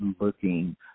looking